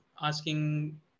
asking